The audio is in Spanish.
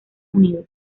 unidos